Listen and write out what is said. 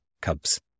cubs